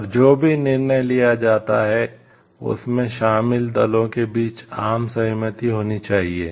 और जो भी निर्णय लिया जाता है उसमें शामिल दलों के बीच आम सहमति होनी चाहिए